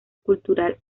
cultural